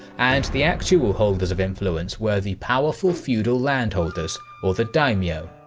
and the actual holders of influence were the powerful feudal landholders, or the daimyo.